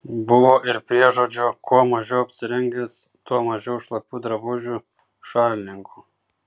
buvo ir priežodžio kuo mažiau apsirengęs tuo mažiau šlapių drabužių šalininkų